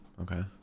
okay